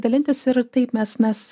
dalintis ir taip mes mes